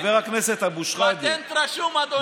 חבר הכנסת אבו שחאדה, פטנט רשום, אדוני.